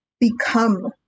become